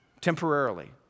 temporarily